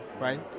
right